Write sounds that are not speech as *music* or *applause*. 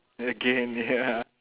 again ya *laughs*